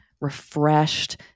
refreshed